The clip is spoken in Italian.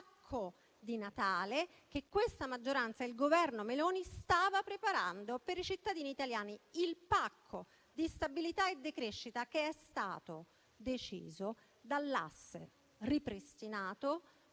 del pacco di Natale che questa maggioranza e il Governo Meloni stavano preparando per i cittadini italiani. Il pacco di stabilità e decrescita che è stato deciso dall'asse, ripristinato,